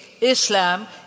Islam